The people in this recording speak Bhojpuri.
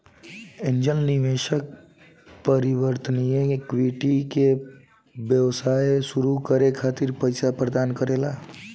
एंजेल निवेशक परिवर्तनीय इक्विटी के बदला व्यवसाय सुरू करे खातिर पईसा प्रदान करेला